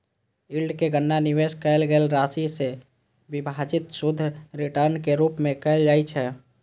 yield के गणना निवेश कैल गेल राशि सं विभाजित शुद्ध रिटर्नक रूप मे कैल जाइ छै